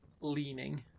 leaning